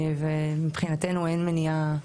ומבחינתנו אין מניעה.